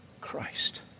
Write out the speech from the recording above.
Christ